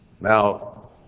now